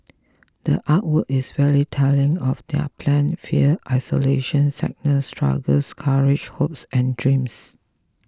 the art work is very telling of their plan fear isolation sadness struggles courage hopes and dreams